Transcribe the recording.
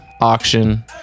auction